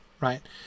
right